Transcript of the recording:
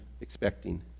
expecting